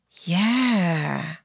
Yeah